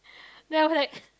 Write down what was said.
then after that